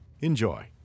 Enjoy